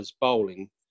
bowling